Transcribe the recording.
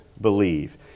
believe